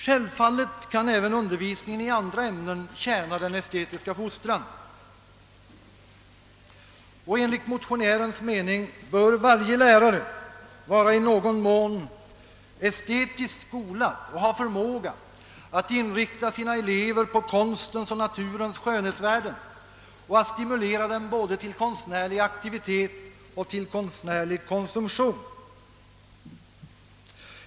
Självfallet kan även undervisningen i andra ämnen tjäna den estetiska fostran, och enligt motionärens mening bör varje lärare vara i någon mån estetiskt skolad och ha förmåga att inrikta sina elever på konstens och naturens skönhetsvärden och att stimulera dem både till konstnärlig aktivitet och till konstnärlig konsumtion.